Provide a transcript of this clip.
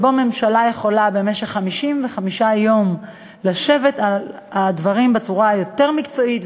שהממשלה תוכל במשך 55 יום לשבת על הדברים בצורה יותר מקצועית,